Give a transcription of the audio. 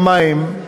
בחוק המים,